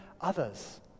others